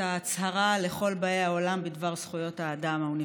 ההצהרה לכל באי העולם בדבר זכויות האדם האוניברסלית.